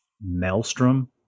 maelstrom